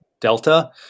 Delta